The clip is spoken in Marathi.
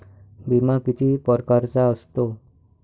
बिमा किती परकारचा असतो?